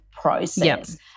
process